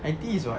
I_T_E is what